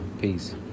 Peace